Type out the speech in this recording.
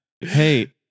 hey